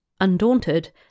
Undaunted